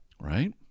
right